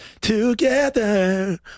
together